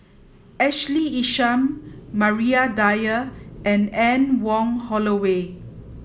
Ashley Isham Maria Dyer and Anne Wong Holloway